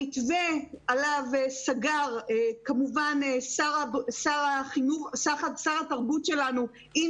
המתווה עליו סגר כמובן שר התרבות שלנו עם